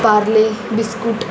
Parle biscuit